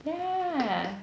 yeah